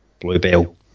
Bluebell